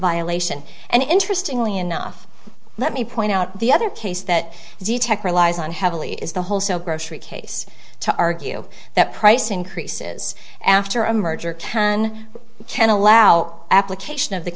violation and interestingly enough let me point out the other case that the tech relies on heavily is the wholesale grocery case to argue that price increases after a merger can can allow application of the